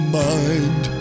mind